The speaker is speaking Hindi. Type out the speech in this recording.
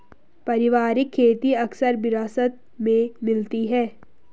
पारिवारिक खेती अक्सर विरासत में मिलती है